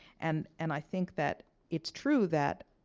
and and i think that it's true that,